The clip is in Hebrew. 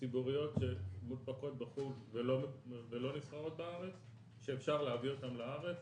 ציבוריות שמונפקות בחוץ ולא נסחרות בארץ שאפשר להביא אותן לארץ.